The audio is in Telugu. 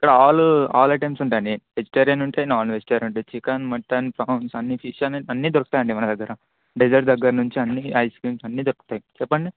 ఇక్కడ ఆల్ ఆల్ ఐటమ్స్ ఉంటాయి అండి వెజిటేరియన్ ఉంటాయి నాన్ వెజిటేరియన్ ఉంటాయి చికెన్ మటన్ ప్రాన్స్ అన్ని ఫిష్ అన్ని దొరుకుతాయండి మా దగ్గర డెజర్ట్ దగ్గర నుంచి అన్నీ ఐస్ క్రీమ్స్ అన్ని దొరుకుతాయి చెప్పండి